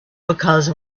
because